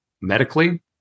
medically